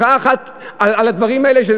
מחאה אחת על הדברים האלה, תודה.